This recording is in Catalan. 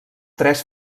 tres